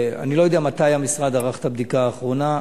אני לא יודע מתי המשרד ערך את הבדיקה האחרונה.